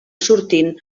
sortint